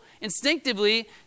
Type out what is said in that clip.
instinctively